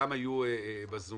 גם היו בזום,